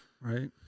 right